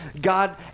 God